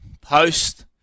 Post